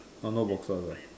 !huh! no boxes ah